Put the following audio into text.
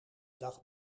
dag